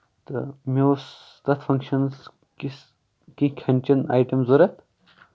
تہٕ مےٚ اوس تَتھ فنکشنس کِس کیٚنہہ کھیٚن چیٚن اَیٹم ضرورت